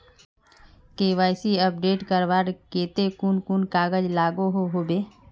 KYC update करवार केते कुन कुन कागज लागोहो होबे?